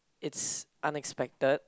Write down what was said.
it's unexpected